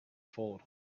forward